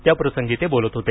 त्या प्रसंगी ते बोलत होते